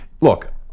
Look